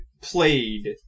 played